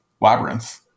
labyrinth